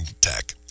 tech